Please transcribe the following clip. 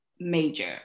major